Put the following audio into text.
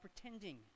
pretending